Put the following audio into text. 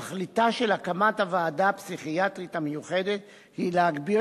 תכליתה של הקמת הוועדה הפסיכיאטרית המיוחדת היא להגביר